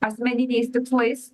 asmeniniais tikslais